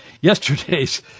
yesterday's